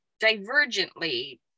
divergently